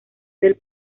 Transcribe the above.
del